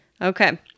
Okay